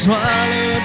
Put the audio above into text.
Swallow